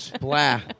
Blah